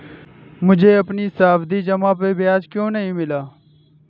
मुझे अपनी सावधि जमा पर ब्याज क्यो नहीं मिला?